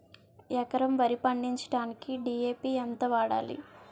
ఎకరం వరి పండించటానికి డి.ఎ.పి ఎంత వాడాలి?